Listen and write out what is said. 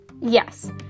Yes